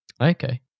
okay